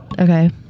Okay